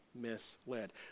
misled